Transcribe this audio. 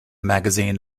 magazine